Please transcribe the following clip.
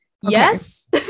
yes